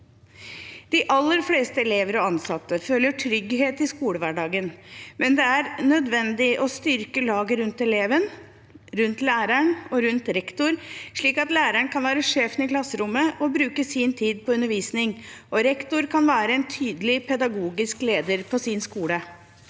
De aller fleste elever og ansatte føler trygghet i skolehverdagen, men det er nødvendig å styrke laget rundt eleven, rundt læreren og rundt rektor, slik at læreren kan være sjefen i klasserommet og bruke sin tid på undervisning, og rektor kan være en tydelig pedagogisk leder på sin skole.